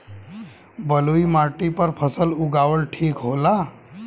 बलुई माटी पर फसल उगावल ठीक होला?